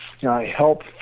help